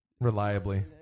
reliably